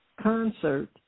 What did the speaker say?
concert